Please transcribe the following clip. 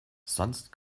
sonst